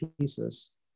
pieces